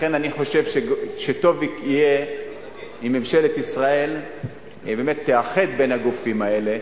לכן אני חושב שטוב יהיה אם ממשלת ישראל תאחד את הגופים האלה